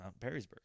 perrysburg